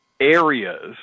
areas